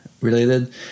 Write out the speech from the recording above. related